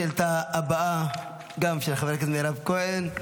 השאילתה הבאה גם של חברת הכנסת מירב כהן,